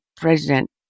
president